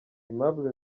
aimable